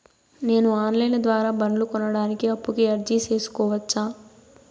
నేను online ద్వారా బండ్లు కొనడానికి అప్పుకి అర్జీ సేసుకోవచ్చా?